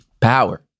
Power